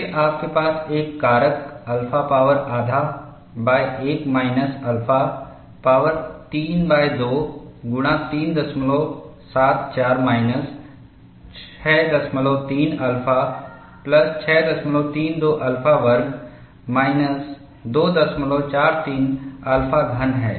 फिर आपके पास एक कारक अल्फा पावर आधा 1 माइनस अल्फा पावर32 गुणा 374 माइनस 63 अल्फ़ा प्लस 632 अल्फा वर्ग माइनस 243 अल्फा घन है